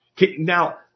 Now